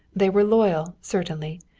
they were loyal, certainly,